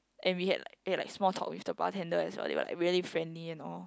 and we had like we had like small talk with the bartender as well they were like really friendly and all